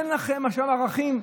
אין לכם עכשיו ערכים.